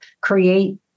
create